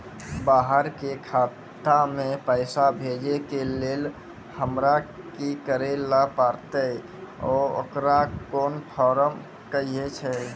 बाहर के खाता मे पैसा भेजै के लेल हमरा की करै ला परतै आ ओकरा कुन फॉर्म कहैय छै?